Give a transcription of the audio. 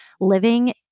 living